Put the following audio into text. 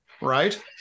Right